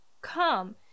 come